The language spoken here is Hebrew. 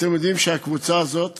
אתם יודעים שהקבוצה הזאת